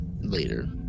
later